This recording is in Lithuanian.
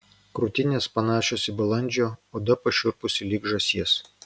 krūtinės panašios į balandžio oda pašiurpusi lyg žąsies